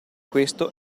questo